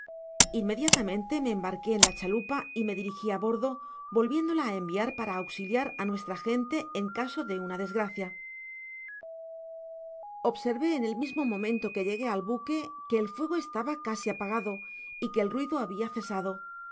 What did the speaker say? inmediatamente rae embarqué en la chalupa y me dirigi á bordo volviéndola á enviar para auxiliar á nuestra gente en caso de una desgraoia observé en el momento mismo que llegué al boque que el fuego estaba casi apagado y que el raido habia cesado mas despues de